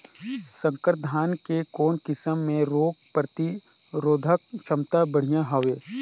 संकर धान के कौन किसम मे रोग प्रतिरोधक क्षमता बढ़िया हवे?